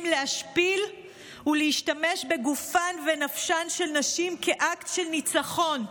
להשפיל ולהשתמש בגופן ונפשן של נשים כאקט של ניצחון.